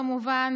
כמובן,